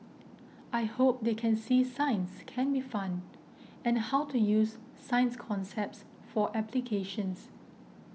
I hope they can see science can be fun and how to use science concepts for applications